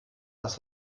das